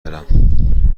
برم